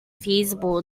feasible